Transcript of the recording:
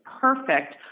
perfect –